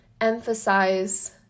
emphasize